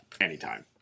anytime